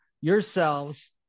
yourselves